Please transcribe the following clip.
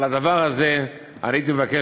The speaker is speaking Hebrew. על הדבר הזה אני הייתי מבקש,